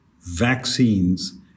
vaccines